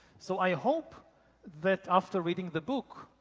so i hope that after reading the book,